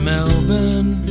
Melbourne